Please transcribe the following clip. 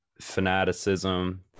fanaticism